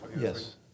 Yes